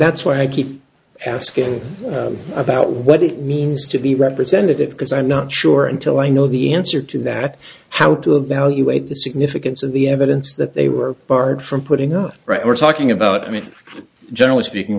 that's why i keep asking about what it means to be representative because i'm not sure until i know the answer to that how to evaluate the significance of the evidence that they were barred from putting earth right we're talking about i mean generally speaking